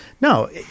No